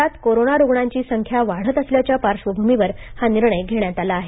राज्यात कोरोना रुग्णांची संख्या वाढत असल्याच्या पार्श्वभूमीवर हा निर्णय घेण्यात आला आहे